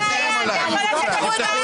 אין בעיה, אתה יכול לצאת החוצה.